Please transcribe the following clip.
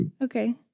Okay